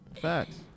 Facts